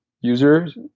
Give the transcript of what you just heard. users